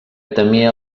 temia